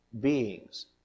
beings